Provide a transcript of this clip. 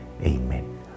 Amen